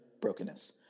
brokenness